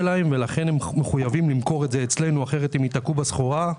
לכן הם מחויבים למכור אצלנו כי אחרת הם ייתקעו עם סחורה.